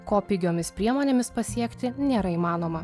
ko pigiomis priemonėmis pasiekti nėra įmanoma